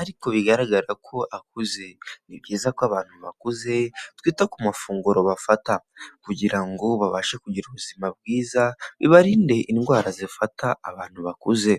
ariko bigaragara ko akuze ni byiza ko abantu bakuze twita ku mafunguro bafata kugira ngo babashe kugira ubuzima bwiza bibarinde indwara zifata abantu bakuze.